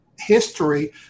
history